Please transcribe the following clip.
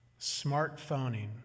smartphoning